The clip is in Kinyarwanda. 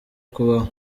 kubaho